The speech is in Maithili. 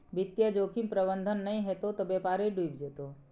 वित्तीय जोखिम प्रबंधन नहि हेतौ त बेपारे डुबि जेतौ